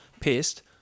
pissed